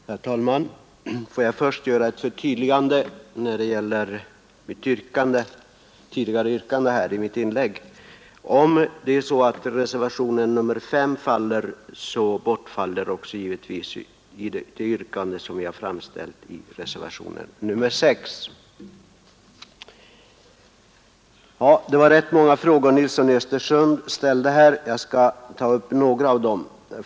Herr talman! Får jag först göra ett förtydligande av det yrkande som jag här förut framställde. Om reservationen 5 icke bifalles bortfaller givetvis det yrkande som vi har framställt i reservationen 6. Det var rätt många frågor som herr Nilsson i Östersund riktade till centerpartiet. Jag skall försöka hinna ta upp några av dem.